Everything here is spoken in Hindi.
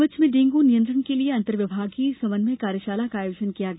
नीमच में डेंगू नियंत्रण के लिये अंतरविभागीय समन्वय कार्यशाला का आयोजन किया गया